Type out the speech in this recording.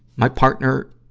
my partner